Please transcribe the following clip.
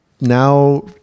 Now